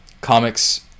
Comics